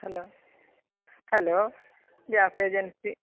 hello hello gas agency